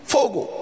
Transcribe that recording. Fogo